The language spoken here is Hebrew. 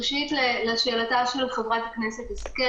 ראשית, לשאלתה של חברת הכנסת השכל